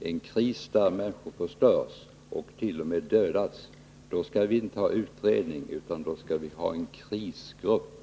en kris under vilken människor förstörs och t.o.m. dödas. Då skall man inte ha någon utredning utan en krisgrupp.